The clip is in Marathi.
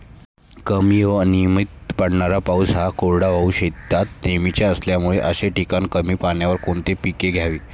कमी व अनियमित पडणारा पाऊस हा कोरडवाहू शेतीत नेहमीचा असल्यामुळे अशा ठिकाणी कमी पाण्यावर कोणती पिके घ्यावी?